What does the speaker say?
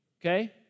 Okay